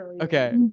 okay